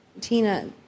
Tina